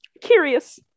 curious